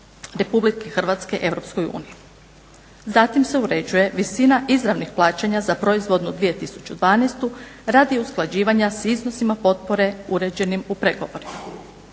Republike Hrvatske EU. Zatim se uređuje visina izravnih plaćanja za proizvodnu 2012. radi usklađivanja sa iznosima potpore uređenim u pregovorima.